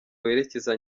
werekeza